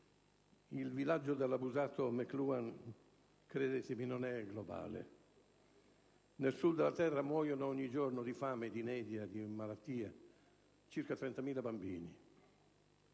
Il villaggio dell'abusato McLuhan, credetemi, non è globale. Nel Sud della terra muoiono ogni giorno di fame, inedia e malattia circa 30.000 bambini: